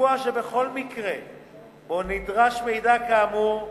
לקבוע שבכל מקרה שנדרש מידע כאמור,